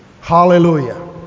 hallelujah